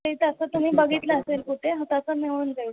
ते तसं तुम्ही बघितलं असेल कुठे तसं मिळून जाईल